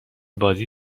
بازی